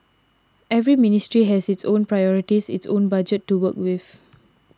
every ministry has its own priorities its own budget to work with